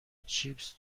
چیپس